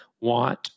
want